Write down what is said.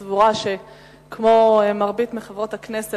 ובהחלט אני סבורה שכמו מרבית חברות הכנסת,